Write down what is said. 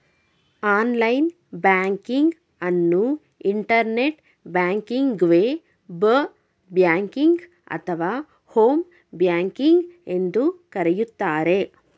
online banking ಅನ್ನು internet ಬ್ಯಾಂಕಿಂಗ್ವೆ, ಬ್ ಬ್ಯಾಂಕಿಂಗ್ ಅಥವಾ ಹೋಮ್ ಬ್ಯಾಂಕಿಂಗ್ ಎಂದು ಕರೆಯುತ್ತಾರೆ